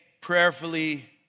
prayerfully